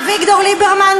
אביגדור ליברמן,